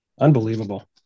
Unbelievable